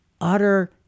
utter